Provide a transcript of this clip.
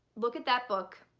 look at that book,